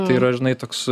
tai yra žinai toks